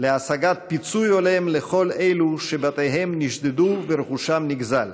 להשגת פיצוי הולם לכל אלה שבתיהם נשדדו ורכושם נגזל,